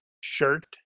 Shirt